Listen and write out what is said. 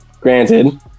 granted